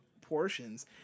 portions